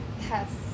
Yes